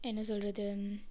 என்ன சொல்வது